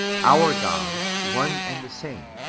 our god, one and the same,